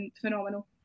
phenomenal